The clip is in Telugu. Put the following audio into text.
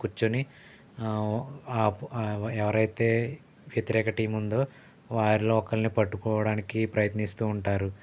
కూర్చొని ఎవరైతే వ్యతిరేక టీమ్ ఉందో వారిలో ఒకరిని పట్టుకోవడానికి ప్రయత్నిస్తూ ఉంటారు